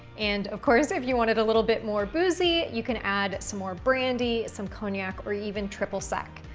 and, of course, if you want it a little bit more boozy, you can add some more brandy, some cognac, or even triple sec.